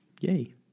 yay